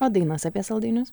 o dainos apie saldainius